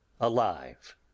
alive